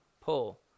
pull